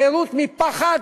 החירות מפחד,